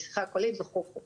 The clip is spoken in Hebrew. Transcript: בשיחה קולית וכו'.